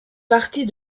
partie